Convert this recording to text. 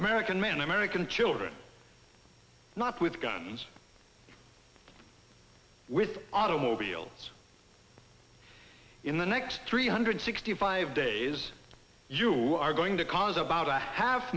american men american children not with guns with automobiles in the next three hundred sixty five days you are going to cause about a half